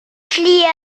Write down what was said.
fliehen